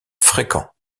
fréquents